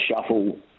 shuffle